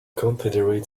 confederate